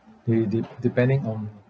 de~ dep~ depending on